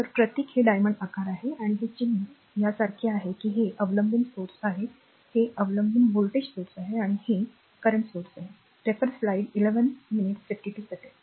तर प्रतीक हे डायमंड आकार आहे आणि हे चिन्ह यासारखे आहे की हे अवलंबून स्त्रोत आहेत हे अवलंबून व्होल्टेज स्त्रोत आहेत आणि हे current स्रोत आहे